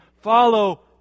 follow